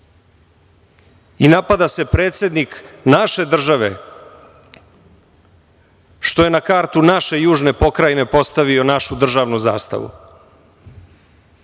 i napada se predsednik naše države što je na kartu naše južne pokrajine postavio našu državnu zastavu.